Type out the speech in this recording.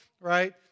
right